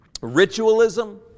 ritualism